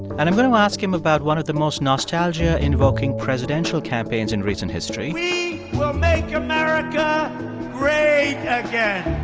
and i'm going to ask him about one of the most nostalgia-invoking presidential campaigns in recent history we will make america great yeah yeah